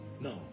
No